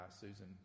Susan